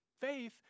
faith